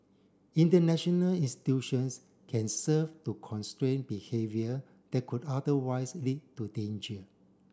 international institutions can serve to constrain behaviour that could otherwise lead to danger